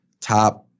top